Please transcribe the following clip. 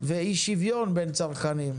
ואי-שוויון בין צרכנים.